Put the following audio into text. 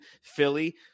Philly